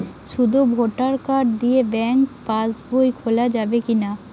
শুধু voter card দিয়ে bank pass বই খোলা যাবে কিনা?